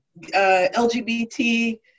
LGBT